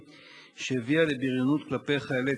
שהביאה לבריונות כלפי חיילי צה"ל,